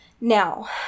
Now